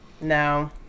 no